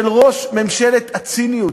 של ראש ממשלת הציניות.